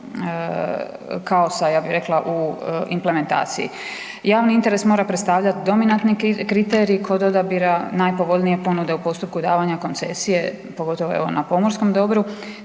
kaos ja bi rekla u implementaciji. Javni interes mora predstavljati dominantni kriterij kod odabira najpovoljnije ponude u postupku davanja koncesije pogotovo evo na pomorskom dobru,